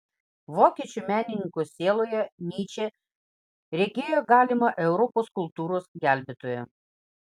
vokiečių menininko sieloje nyčė regėjo galimą europos kultūros gelbėtoją